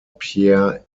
pierre